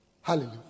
Hallelujah